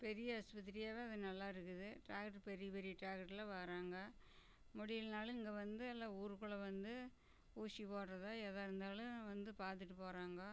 பெரிய ஆஸ்பத்திரியே தான் அது நல்லாயிருக்குது டாக்டர் பெரிய பெரிய டாக்டர்லாம் வராங்க முடியலன்னாலும் இங்கே வந்து எல்லாம் ஊருக்குள்ளே வந்து ஊசி போடுகிறதா எதாக இருந்தாலும் வந்து பார்த்துட்டு போகிறாங்கோ